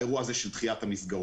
האירוע הזה של דחיית המסגרות.